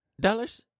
dollars